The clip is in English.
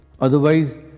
Otherwise